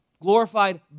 glorified